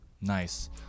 nice